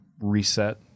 reset